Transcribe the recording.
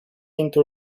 into